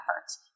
efforts